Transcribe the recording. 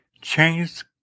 change